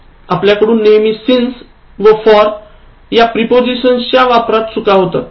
आपल्याकडून नेहमी सिन्स व फॉर या प्रेपोझिशनच्या वापरात चुका होतात